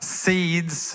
seeds